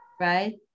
Right